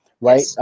Right